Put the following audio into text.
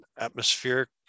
Atmospheric